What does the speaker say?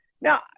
Now